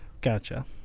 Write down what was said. Gotcha